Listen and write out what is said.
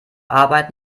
arbeit